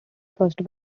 first